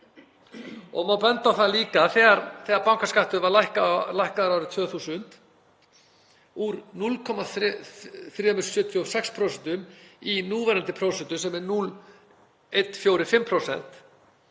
Það má benda á það líka að þegar bankaskattur var lækkaður árið 2000, úr 0,376% í núverandi prósentu, sem er 0,145%,